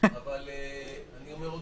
אני לא מאריך.